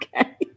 Okay